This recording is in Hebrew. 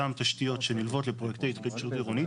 אותן תשתיות שנלוות לפרויקט ההתחדשות העירונית.